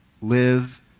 live